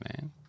man